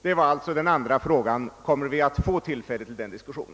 Min andra fråga blir därför, om vi kommer att få tillfälle till denna diskussion.